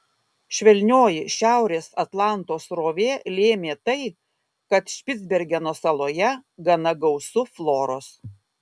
švelnioji šiaurės atlanto srovė lėmė tai kad špicbergeno saloje gana gausu floros